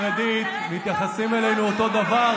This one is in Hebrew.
החרדית מתייחסים אלינו אותו דבר,